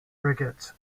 ricketts